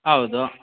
ಹೌದು